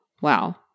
Wow